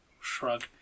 Shrug